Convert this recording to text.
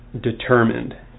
determined